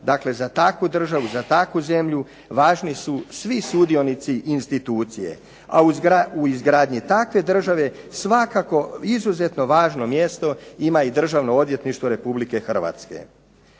Dakle, za takvu državu, za takvu zemlju važni su svi sudionici institucije, a u izgradnji takve države svakako izuzetno važno mjesto ima i Državno odvjetništvo Republike Hrvatske.